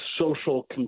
social